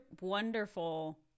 wonderful